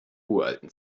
uralten